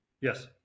Yes